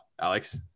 Alex